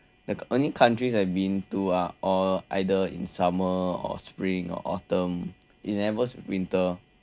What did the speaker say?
the only countries I've been to are all either in summer or spring or autumn it's never winter